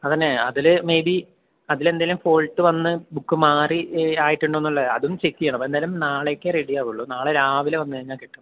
അതുതന്നെ അതില് മെയ്ബി അതിലെന്തേലും ഫോൾട്ട് വന്ന് ബുക്ക് മാറി ആയിട്ടുണ്ടോന്നുള്ളത് അതും ചെക്ക് ചെയ്യണം അപ്പൊ എന്തായാലും നാളേക്കേ റെഡി ആവുകയുള്ളൂ നാളെ രാവിലെ വന്ന് കഴിഞ്ഞാൽ കിട്ടും